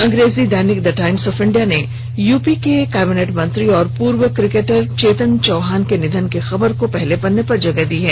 अंग्रेजी दैनिक the Times of India ने यूपी के कैबिनेट मंत्री और पूर्व क्रिकेटर चेतन चौहान के निधन की खबर को पहले पन्ने पर प्रकाशित किया है